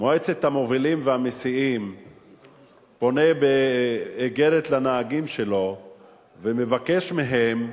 מועצת המובילים והמסיעים באיגרת לנהגים שלו ומבקש מהם,